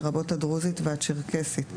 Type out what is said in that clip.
לרבות הדרוזית והצ'רקסית.